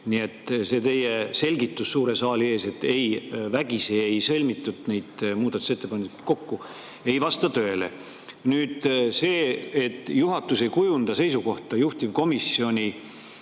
Nii et see teie selgitus suure saali ees, et ei, vägisi ei seotud neid muudatusettepanekuid kokku, ei vasta tõele. See, et juhatus ei kujunda seisukohta juhtivkomisjoni